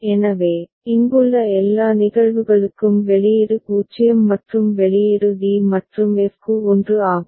எனவே இங்குள்ள எல்லா நிகழ்வுகளுக்கும் வெளியீடு 0 மற்றும் வெளியீடு d மற்றும் f க்கு 1 ஆகும்